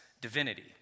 divinity